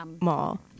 Mall